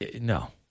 no